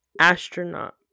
astronaut